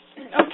okay